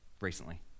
recently